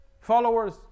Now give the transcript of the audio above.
followers